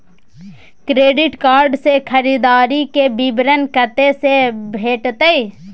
Credit card से खरीददारी के विवरण कत्ते से भेटतै?